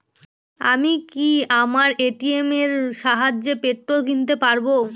আমি কি আমার এ.টি.এম এর সাহায্যে পেট্রোল কিনতে পারব?